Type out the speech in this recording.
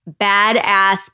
badass